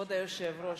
כבוד היושב-ראש,